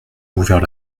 ouvert